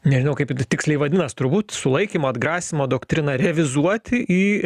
nežinau kaip tiksliai vadinas turbūt sulaikymo atgrasymo doktriną revizuoti į